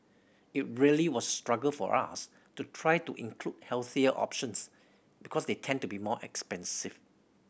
it really was struggle for us to try to include healthier options because they tend to be more expensive